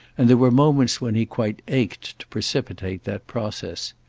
and there were moments when he quite ached to precipitate that process.